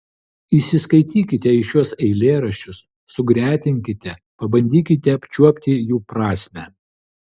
įsiskaitykite į šiuos eilėraščius sugretinkite pabandykite apčiuopti jų prasmę